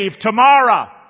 tomorrow